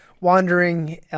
wandering